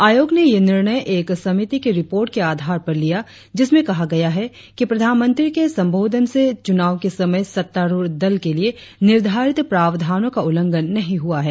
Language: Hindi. आयोग ने यह निर्णय एक समिति की रिपोर्ट के आधार पर लिया जिसमें कहा गया है कि प्रधानमंत्री के संबोधन से चुनाव के समय सत्तारुढ़ दल के लिए निर्धारित प्रावधानो का उल्लंघन नही हुआ है